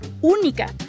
única